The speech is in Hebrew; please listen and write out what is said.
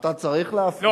לא,